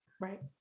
Right